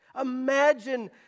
imagine